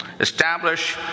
Establish